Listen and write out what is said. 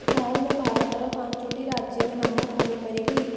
ହଁ ମୁଁ ଭାରତର ପାଞ୍ଚଟି ରାଜ୍ୟର ନାମ କହିପାରିବି